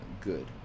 good